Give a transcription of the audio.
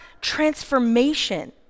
transformation